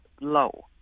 low